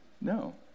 No